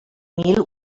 mil